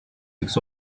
six